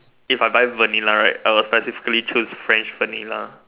if I buy Vanilla right I would tentatively choose French Vanilla